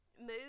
move